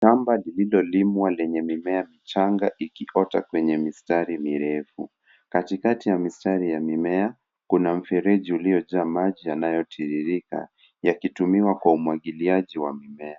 Shamba lililolimwa lenye mimea changa ikiota kwenye mistari mirefu. Katikati ya mistari ya mimea kuna mfereji uliojaa maji yanayotiririka, yakitumiwa kwa umwagiliaji wa mimea.